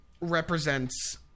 represents